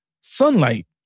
sunlight